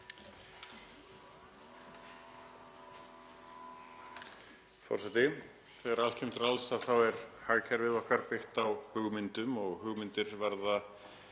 Þegar allt kemur til alls er hagkerfið okkar byggt á hugmyndum og hugmyndir verða